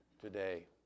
today